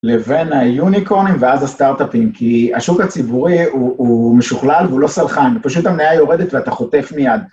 לבין היוניקורנים ואז הסטארט-אפים, כי השוק הציבורי הוא משוכלל והוא לא סלחן, פשוט המניה יורדת ואתה חוטף מיד.